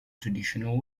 traditional